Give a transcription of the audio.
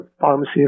pharmacy